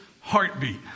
Heartbeat